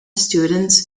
students